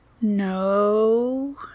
No